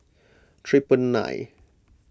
triple nine